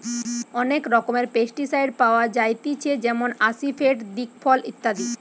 অনেক রকমের পেস্টিসাইড পাওয়া যায়তিছে যেমন আসিফেট, দিকফল ইত্যাদি